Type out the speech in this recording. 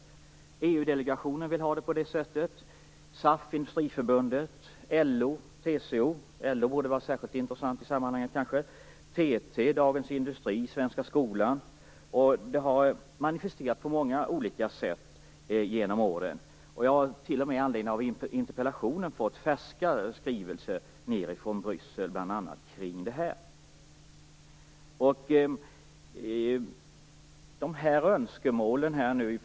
EU-delegationen vill ha det på det här sättet, Industriförbundet, LO, TCO - LO borde kanske vara särskilt intressant i sammanhanget - TT, Dagens Industri, Svenska skolan. Det har manifesterats på många olika sätt genom åren. Jag har t.o.m. med anledning av interpellationen fått färska skrivelser bl.a. från Bryssel om detta.